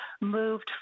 moved